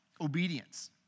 obedience